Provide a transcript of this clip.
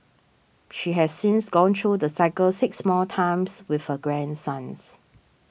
she has since gone through the cycle six more times with her grandsons